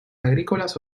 agrícolas